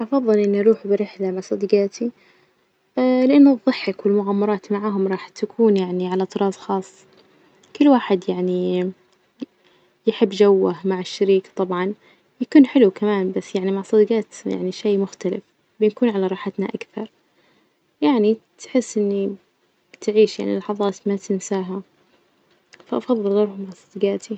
أفظل إني أروح برحلة مع صديجاتي لإن الظحك والمغامرات معاهم راح تكون يعني على طراز خاص، كل واحد يعني ي- يحب جوه مع الشريك طبعا، يكون حلو كمان بس يعني مع صديجات يعني شي مختلف، بنكون على راحتنا أكثر، يعني تحس إني تعيش يعني لحظات ما تنساها، فأفظل أروح مع صديجاتي.